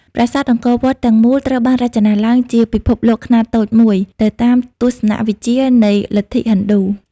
ប្រាសាទអង្គរវត្តទាំងមូល ត្រូវបានរចនាឡើងជាពិភពលោកខ្នាតតូចមួយ ទៅតាមទស្សនៈវិទ្យានៃលទ្ធិហិណ្ឌូ។